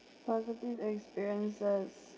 positive experiences